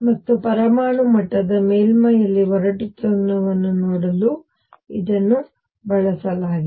ಮತ್ತು ಪರಮಾಣು ಮಟ್ಟದ ಮೇಲ್ಮೈಯಲ್ಲಿ ಒರಟುತನವನ್ನು ನೋಡಲು ಇದನ್ನು ಬಳಸಲಾಗಿದೆ